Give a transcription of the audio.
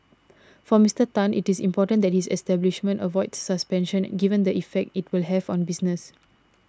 for Mister Tan it is important that his establishment avoids suspensions given the effect it will have on business